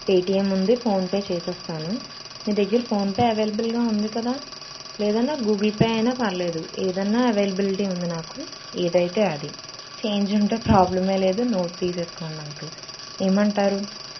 Paytm ఉంది PhonePe చేస్తాను మీ దగ్గర ఫోన్పే అవైలబుల్గా ఉంది కదా లేదన్నా గూగుల్ పే అయిన పర్లేదు ఏదన్న అవైలబిలిటీ ఉంది నాకు ఏదైతే అది చేంజ్ ఉంటే ప్రాబ్లం లేదు నోట్ తీసుకోండి అంకుల్ ఏమంటారు